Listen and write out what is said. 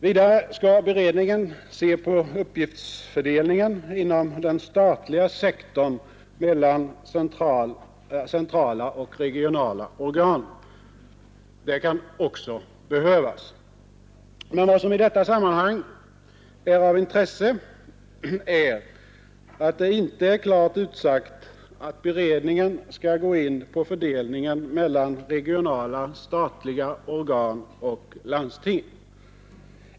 Vidare skall beredningen se på uppgiftsfördelningen inom den statliga sektorn mellan centrala och regionala organ. Det kan också behövas. Men vad som i detta sammanhang är av intresse är att det inte är klart utsagt att beredningen skall gå in på fördelningen på det regionala planet mellan statliga organ och landsting.